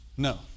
No